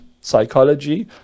psychology